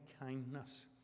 kindness